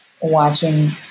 watching